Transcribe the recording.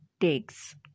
takes